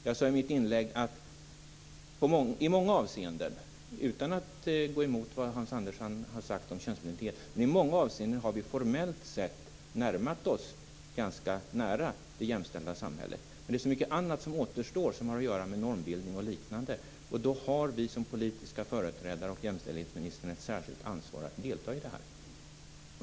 Jag sade i mitt inlägg att i många avseenden, utan att gå emot vad Hans Andersson har sagt om könsblindhet, har vi formellt sett kommit ganska nära det jämställda samhället. Men det är så mycket annat som återstår som har att göra med normbildning och liknade. Då har jämställdhetsministern och vi som politiska företrädare ett särskilt ansvar att delta i detta.